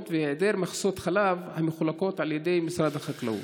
והיעדר מכסות חלב המחולקות על ידי משרד החקלאות.